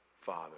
Father